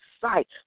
sight